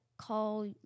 call